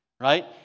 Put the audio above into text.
right